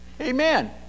Amen